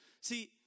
See